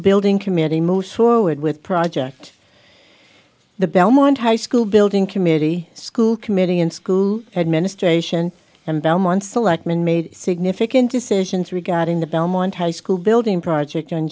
building committee moves forward with project the belmont high school building committee school committee and school administration and belmont selectman made significant decisions regarding the belmont high school building project on